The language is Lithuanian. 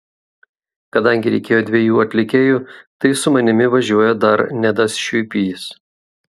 kadangi reikėjo dviejų atlikėjų tai su manimi važiuoja dar nedas šiuipys